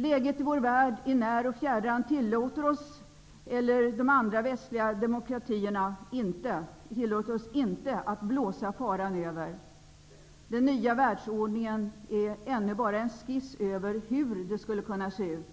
Läget i vår värld, när och fjärran, tillåter inte oss eller de andra västliga demokratierna att blåsa faran över. Den nya världsordningen är ännu bara en skiss över hur det skulle kunna se ut.